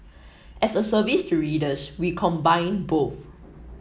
as a service to readers we combine both